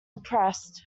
impressed